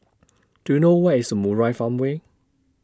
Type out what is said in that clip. Do YOU know Where IS Murai Farmway